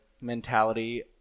mentality